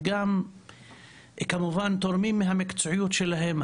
וגם כמובן תורמים מהמקצועיות שלהם.